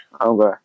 Okay